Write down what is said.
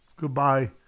Goodbye